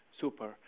Super